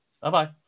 Bye-bye